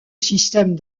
système